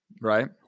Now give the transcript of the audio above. right